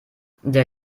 der